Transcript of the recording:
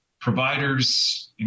Providers